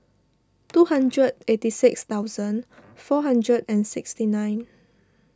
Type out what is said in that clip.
two hundred eighty six thousand four hundred and sixty nine